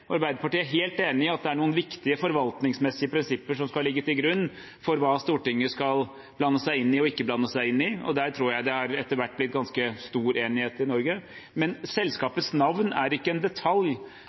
Arbeiderpartiet er helt enig i at det er noen viktige forvaltningsmessige prinsipper som skal ligge til grunn for hva Stortinget skal blande seg inn i og ikke blande seg inn i, og der tror jeg det etter hvert har blitt ganske stor enighet i Norge. Men